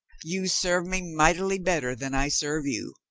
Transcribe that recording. you serve me mightily better than i serve you.